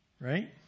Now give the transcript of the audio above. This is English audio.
Right